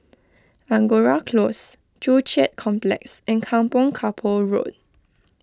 Angora Close Joo Chiat Complex and Kampong Kapor Road